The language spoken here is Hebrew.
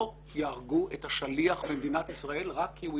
לא יהרגו את השליח במדינת ישראל רק כי הוא